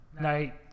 night